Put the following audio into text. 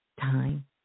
time